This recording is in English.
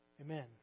amen